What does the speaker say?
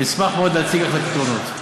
אני אשמח להציג לך את הפתרונות.